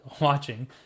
watching